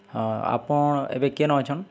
ହଁ ଆପଣ୍ ଏବେ କେନ ଅଛନ୍